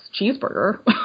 cheeseburger